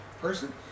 person